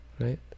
right